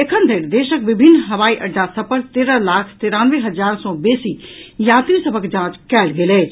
एखन धरि देशक विभिन्न हवाई अड्डा सभ पर तेरह लाख तेरानवे हजार सैं बेसी यात्री सभक जांच कयल गेल अछि